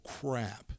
crap